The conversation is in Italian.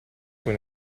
cui